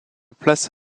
place